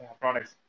products